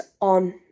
on